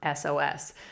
SOS